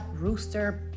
rooster